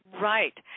Right